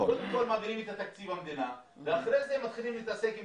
קודם כול מעבירים את תקציב המדינה ואחר כך מתחילים להתעסק עם